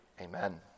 Amen